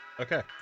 Okay